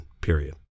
period